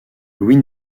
louis